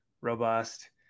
robust